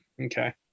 Okay